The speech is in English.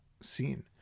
scene